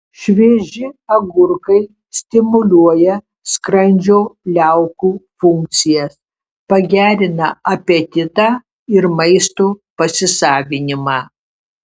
švieži agurkai stimuliuoja skrandžio liaukų funkcijas pagerina apetitą ir maisto pasisavinimą